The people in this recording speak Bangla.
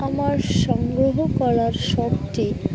আমার সংগ্রহ করার শখটি